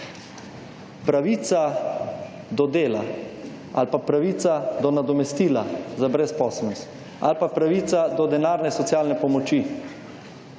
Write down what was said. Pravica do dela ali pa pravica do nadomestila za brezposelnost ali pa pravica do denarne socialne pomoči